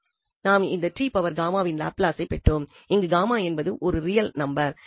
எனவே நாம் இந்த இன் லாப்லஸை பெற்றோம் இங்கு என்பது ஒரு ரியல் நம்பர்